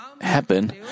happen